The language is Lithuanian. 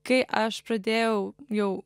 kai aš pradėjau jau